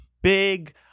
Big